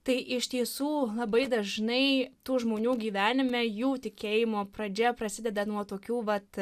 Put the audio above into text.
tai iš tiesų labai dažnai tų žmonių gyvenime jų tikėjimo pradžia prasideda nuo tokių vat